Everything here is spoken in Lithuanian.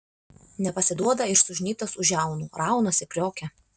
nepasiduoda ir sužnybtas už žiaunų raunasi kriokia